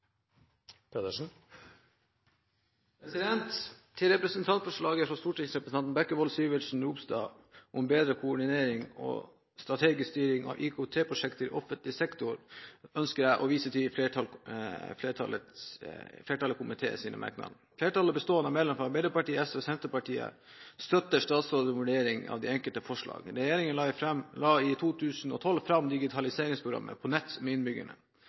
forbindelse med representantforslaget fra stortingsrepresentantene Geir Jørgen Bekkevold, Hans Olav Syversen og Kjell Ingolf Ropstad om bedre koordinering og strategisk styring av IKT-prosjekter i offentlig sektor ønsker jeg å vise til merknadene fra flertallet i komiteen. Flertallet, bestående av medlemmene fra Arbeiderpartiet, SV og Senterpartiet, støtter statsrådens vurderinger av de enkelte forslag. Regjeringen la i 2012 fram digitaliseringsprogrammet «På nett med innbyggerne»,